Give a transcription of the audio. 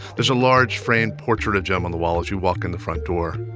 there's a large framed portrait of jim on the wall as you walk in the front door.